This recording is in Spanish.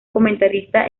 comentarista